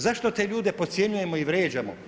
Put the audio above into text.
Zašto te ljude podcjenjujemo i vrijeđamo?